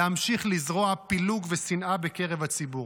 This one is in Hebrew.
להמשיך לזרוע פילוג ושנאה בקרב הציבור.